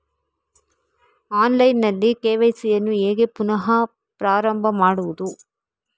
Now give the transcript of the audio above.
Online ನಲ್ಲಿ KYC ಯನ್ನು ಹೇಗೆ ಪುನಃ ಪ್ರಾರಂಭ ಮಾಡುವುದು?